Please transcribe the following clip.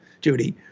Judy